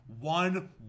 One